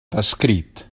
descrit